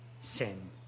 sin